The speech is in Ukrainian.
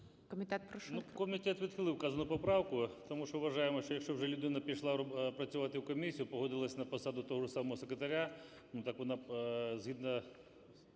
Комітет відхилив вказану поправку, тому що вважаємо, що якщо вже людина пішла працювати в комісію, погодилась на посаду того самого секретаря, так вона згідно